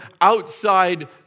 outside